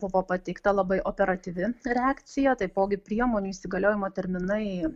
buvo pateikta labai operatyvi reakcija taipogi priemonių įsigaliojimo terminai